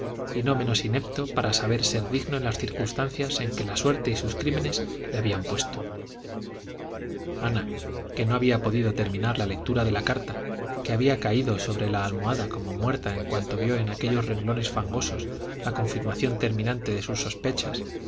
y no menos inepto para saber ser digno en las circunstancias en que la suerte y sus crímenes le habían puesto ana que no había podido terminar la lectura de la carta que había caído sobre la almohada como muerta en cuanto vio en aquellos renglones fangosos la confirmación terminante de sus sospechas